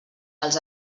dels